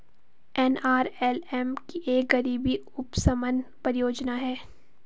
NRLM एक गरीबी उपशमन परियोजना है